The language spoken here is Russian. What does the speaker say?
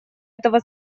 этого